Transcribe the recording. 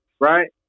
right